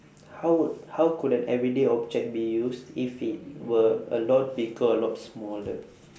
how would how could an everyday object be used if it were a lot bigger or a lot smaller